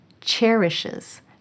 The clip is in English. cherishes